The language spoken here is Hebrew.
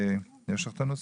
יש לך את הנוסח?